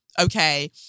Okay